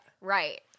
Right